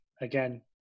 again